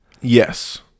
Yes